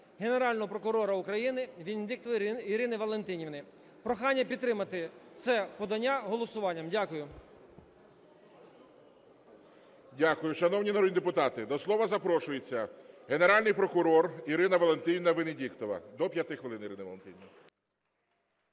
Генерального прокурора України Венедіктової Ірини Валентинівни. Прохання підтримати це подання голосуванням. Дякую. ГОЛОВУЮЧИЙ. Дякую. Шановні народні депутати, до слова запрошується Генеральний прокурор Ірина Валентинівна Венедіктова. До 5 хвилин, Ірина Валентинівна.